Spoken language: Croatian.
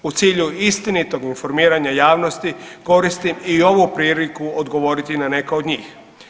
U cilju istinitog informiranja javnosti koristim i ovu priliku odgovoriti na neka od njih.